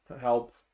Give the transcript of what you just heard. help